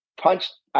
punched